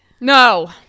No